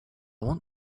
want